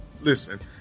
Listen